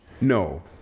No